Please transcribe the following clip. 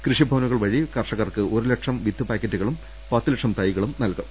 കൃഷിഭവനു കൾ വഴി കർഷകർക്ക് ഒരുലക്ഷം വിത്ത് പാക്കറ്റുകളും പത്ത് ലക്ഷം തൈകളും നൽകും